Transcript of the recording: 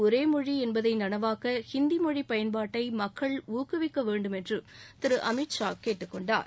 ஒரே மொழி என்பதை நனவாக்க ஹிந்தி மொழி பயன்பாட்டை மக்கள் ஊக்குவிக்கவேண்டும் என்று திரு அமித்ஷா கேட்டுக்கொண்டார்